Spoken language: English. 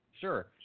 Sure